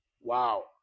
Wow